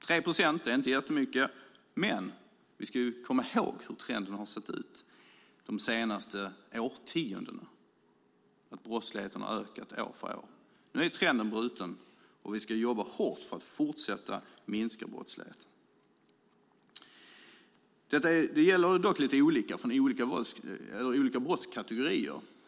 3 procent är inte jättemycket, men vi ska komma ihåg hur trenden har sett ut de senaste årtiondena då brottsligheten har ökat år för år. Nu är trenden bruten, och vi ska jobba hårt för att fortsätta att minska brottsligheten. Det ser dock lite olika ut för olika brottskategorier.